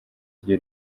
ryo